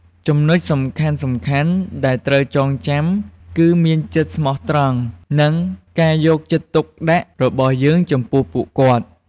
ចំណុចសំខាន់ៗដែលត្រូវចងចាំ គឺមានចិត្តស្មោះត្រង់ និងការយកចិត្តទុកដាក់របស់យើងចំពោះពួកគាត់។